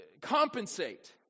compensate